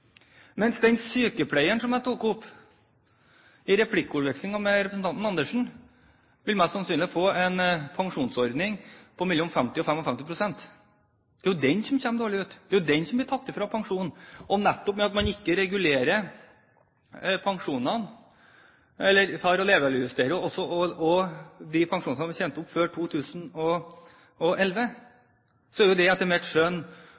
Mens den sykepleieren, som jeg tok opp i replikkordvekslingen med representanten Andersen, vil mest sannsynlig få en pensjonsordning på mellom 50 pst. og 55 pst. Det er jo den som kommer dårlig ut, det er jo den som blir fratatt pensjon. Nettopp fordi man levealdersjusterer de pensjonene som er tjent opp før 2011, er det etter mitt skjønn